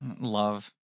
love